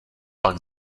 pak